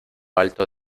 alto